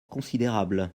considérable